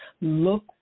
Look